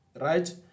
right